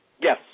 Yes